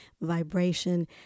vibration